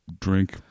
drink